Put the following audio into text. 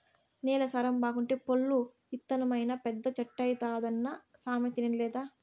నేల సారం బాగుంటే పొల్లు ఇత్తనమైనా పెద్ద చెట్టైతాదన్న సామెత ఇనలేదా